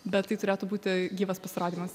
bet tai turėtų būti gyvas pasirodymas